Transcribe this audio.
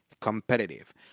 competitive